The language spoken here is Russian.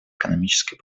экономической